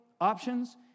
options